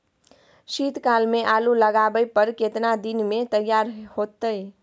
शीत काल में आलू लगाबय पर केतना दीन में तैयार होतै?